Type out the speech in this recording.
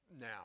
now